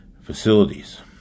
facilities